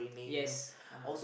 yes uh